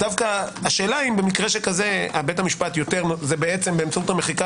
השאלה אם במקרה שכזה בית המשפט באמצעות המחיקה